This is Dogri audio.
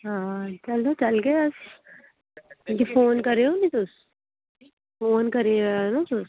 हां चलो चलगे अस ते फोन करेओ नी तुस फोन करियै आएओ न तुस